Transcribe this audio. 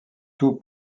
tout